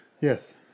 Yes